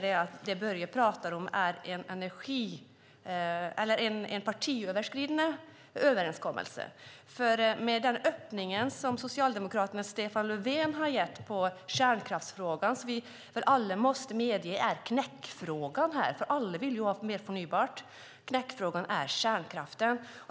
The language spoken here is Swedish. Det Börje pratar om är snarare en partiöverskridande överenskommelse. Vi måste alla medge att kärnkraften är knäckfrågan här. Alla vill ju ha mer förnybart.